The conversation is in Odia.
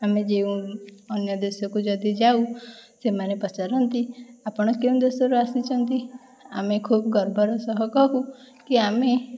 ଆମେ ଯେଉଁ ଅନ୍ୟ ଦେଶକୁ ଯଦି ଯାଉ ସେମାନେ ପଚାରନ୍ତି ଆପଣ କେଉଁ ଦେଶରୁ ଆସିଛନ୍ତି ଆମେ ଖୁବ୍ ଗର୍ବର ସହ କହୁ କି ଆମେ